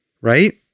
Right